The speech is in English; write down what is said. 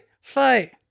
Fight